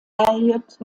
elliot